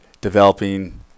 developing